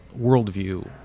worldview